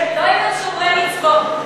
לא אם הם שומרי מצוות.